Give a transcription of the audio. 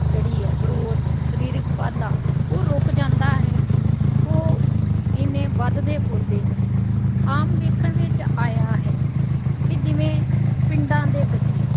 ਜਿਹੜੀ ਹੈ ਗਰੋਥ ਸਰੀਰਿਕ ਵਾਧਾ ਉਹ ਰੁਕ ਜਾਂਦਾ ਹੈ ਉਹ ਇੰਨੇ ਵੱਧਦੇ ਫੁੱਲਦੇ ਨਹੀਂ ਆਮ ਦੇਖਣ ਵਿੱਚ ਆਇਆ ਹੈ ਕਿ ਜਿਵੇਂ ਪਿੰਡਾਂ ਦੇ ਬੱਚੇ